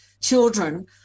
children